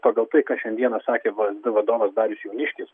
pagal tai ką šiandieną sakė vsd vadovas darius jauniškis